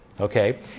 okay